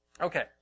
Okay